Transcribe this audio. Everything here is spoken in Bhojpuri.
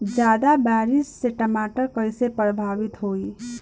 ज्यादा बारिस से टमाटर कइसे प्रभावित होयी?